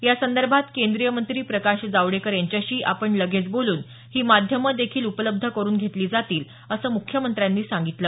यासंदर्भात केंद्रीय मंत्री प्रकाश जावडेकर यांच्याशी आपण लगेच बोलून ही माध्यमं देखील उपलब्ध करून घेतली जातील असं मुख्यमंत्र्यांनी सांगितलं